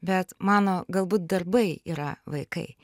bet mano galbūt darbai yra vaikai